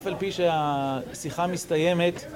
אף על פי שהשיחה מסתיימת